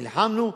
נלחמנו,